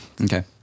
Okay